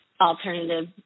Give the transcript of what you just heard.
alternative